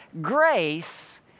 Grace